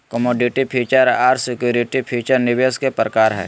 commodity feature आर security feature निवेश के प्रकार हय